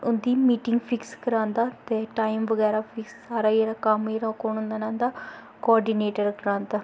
उं'दी meeting fix करांदा ते टाईम बगैरा फिक्स सारा जेह्ड़ा कम्म जेह्ड़ा ओह् कु'न करांदा कोआर्डिनेटर करांदा